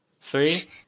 Three